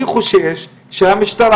אני חושש שהמשטרה,